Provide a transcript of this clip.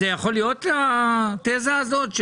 זה יכול להיות התזה הזאת?